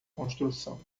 construção